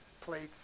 Plates